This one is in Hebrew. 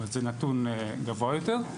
זה נתון גבוה יותר,